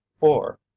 or